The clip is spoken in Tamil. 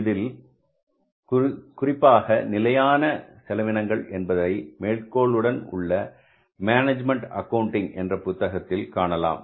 அதில் குறிப்பாக நிலையான செலவினங்கள் என்பதை மேற்கோளுடன் உள்ள மேனேஜ்மென்ட் ஆக்கவுண்டிங் என்ற புத்தகத்தில் காணலாம்